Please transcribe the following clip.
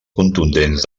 contundents